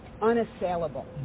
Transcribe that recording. unassailable